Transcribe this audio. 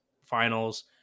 finals